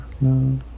No